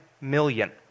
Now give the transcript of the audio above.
million